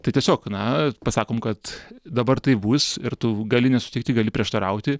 tai tiesiog na pasakom kad dabar taip bus ir tu gali nesutikti gali prieštarauti